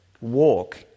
walk